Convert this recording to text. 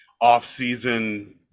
off-season